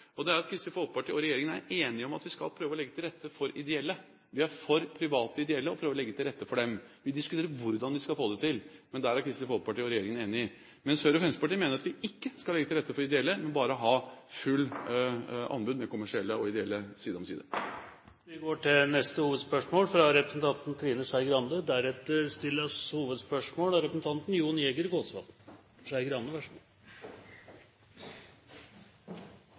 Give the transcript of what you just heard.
Kristelig Folkeparti og regjeringen er enige om at vi skal prøve å legge til rette for ideelle. Vi er for private ideelle og prøver å legge til rette for dem. Vi diskuterer hvordan vi skal få det til. Der er Kristelig Folkeparti og regjeringen enige. Høyre og Fremskrittspartiet mener at vi ikke skal legge til rette for de ideelle, men ha full anbudsrunde med kommersielle og ideelle side om side. Vi går til neste hovedspørsmål.